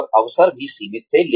और अवसर भी सीमित थे